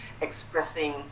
expressing